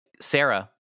Sarah